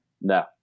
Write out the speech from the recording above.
No